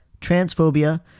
transphobia